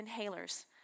inhalers